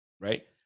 right